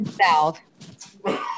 south